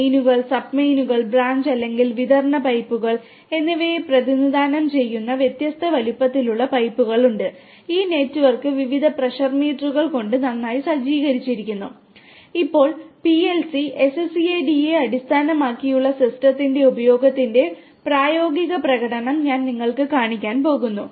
മെയിനുകൾ sub മെയിനുകൾ branch അല്ലെങ്കിൽ വിതരണ പൈപ്പുകൾ എന്നിവയെ പ്രതിനിധാനം ചെയ്യുന്ന വ്യത്യസ്ത വലുപ്പത്തിലുള്ള പൈപ്പുകൾ ഉണ്ട് ഈ നെറ്റ്വർക്ക് വിവിധ പ്രഷർ മീറ്ററുകൾ കൊണ്ട് നന്നായി സജ്ജീകരിച്ചിരിക്കുന്നു